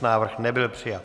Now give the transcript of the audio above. Návrh nebyl přijat.